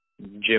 Jim